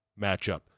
matchup